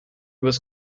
was